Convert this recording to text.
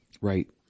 Right